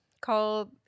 called